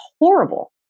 horrible